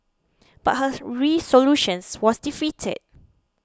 but her resolutions was defeated